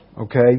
Okay